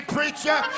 Preacher